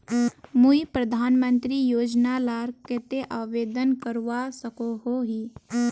मुई प्रधानमंत्री योजना लार केते आवेदन करवा सकोहो ही?